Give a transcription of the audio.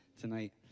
tonight